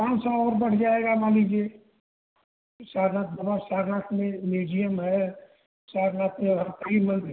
पाँच सौ और बढ़ जाएगा मान लीजिए सारनाथ घूम सारनाथ में म्यूझीयम हैं सारनाथ में आप फ्री में भी